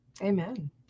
Amen